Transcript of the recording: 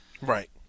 Right